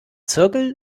zirkel